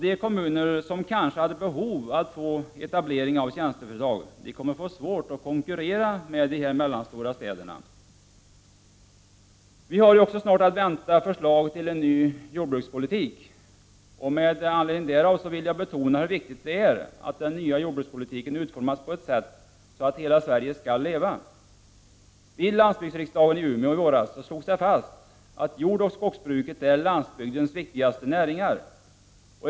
De kommuner som kanske hade behov av etablering av tjänsteföretag kommer nu att få svårt att konkurrera med dessa mellanstora städer. Vi har ju också snart att vänta förslag till ny jordbrukspolitik. Med anledning därav vill jag betona hur viktigt det är att den nya jordbrukspolitiken utformas med tanke på att hela Sverige skall leva. Vid landsbygdsriksdagen i Umeå i våras slogs det fast att jordoch skogsbruket är landsbygdens viktigaste näringar.